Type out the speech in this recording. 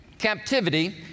captivity